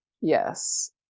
Yes